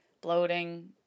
bloating